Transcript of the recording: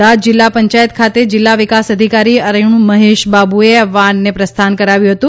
અમદાવાદ જિલ્લા પંચાયત ખાતે જિલ્લા વિકાસ અધિકારી અરૂણ મહેશ બાબુએ આ વાનને પ્રસ્થાન કરાવ્યું હતું